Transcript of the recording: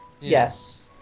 Yes